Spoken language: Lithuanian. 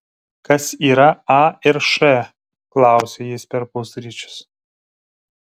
kas yra a ir š klausia jis per pusryčius